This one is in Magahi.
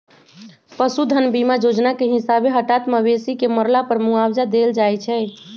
पशु धन बीमा जोजना के हिसाबे हटात मवेशी के मरला पर मुआवजा देल जाइ छइ